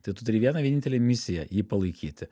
tai turi vieną vienintelę misiją jį palaikyti